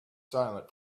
silent